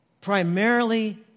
primarily